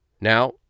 Now